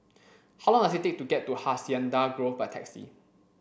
how long does it take to get to Hacienda Grove by taxi